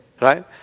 Right